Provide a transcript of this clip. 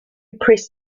press